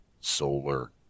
solar